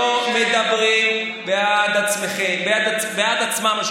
מדברות בעד עצמן,